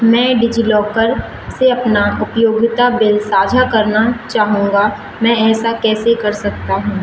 मैं डिजिलॉकर से अपना उपयोगिता बिल साझा करना चाहूँगा मैं ऐसा कैसे कर सकता हूँ